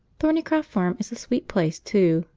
thornycroft farm is a sweet place, too,